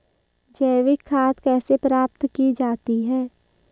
जैविक खाद कैसे प्राप्त की जाती है?